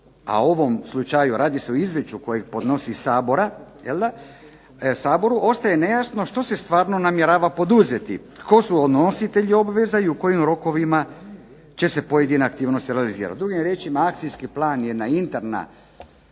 u ovom slučaju radi se o Izvješću kojeg podnosi Saboru, ostaje nejasno što se stvarno namjerava poduzeti, tko su nositelji obveza i u kojim rokovima će se pojedina aktivnost realizirati. Drugim riječima, akcijski plan je jedan interni